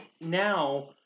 now